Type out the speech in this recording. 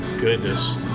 goodness